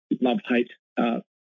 love-hate